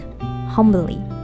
humbly